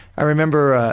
i remember ah